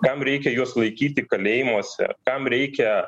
kam reikia juos laikyti kalėjimuose kam reikia